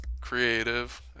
creative